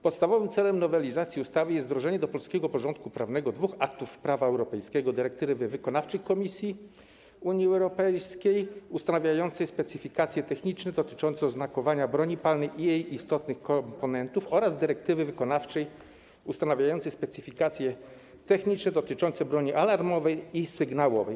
Podstawowym celem nowelizacji ustawy jest wdrożenie do polskiego porządku prawnego dwóch aktów prawa europejskiego: dyrektywy wykonawczej Komisji (UE) ustanawiającej specyfikacje techniczne dotyczące oznakowania broni palnej i jej istotnych komponentów oraz dyrektywy wykonawczej ustanawiającej specyfikacje techniczne dotyczące broni alarmowej i sygnałowej.